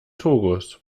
togos